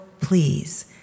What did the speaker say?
please